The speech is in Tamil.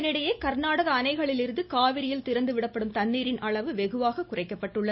இதனிடையே கர்நாடக அணைகளிலிருந்து காவிரியில் திறந்துவிடப்படும் தண்ணீரின் அளவு வெகுவாக குறைக்கப்பட்டுள்ளது